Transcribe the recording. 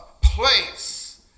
place